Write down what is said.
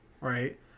right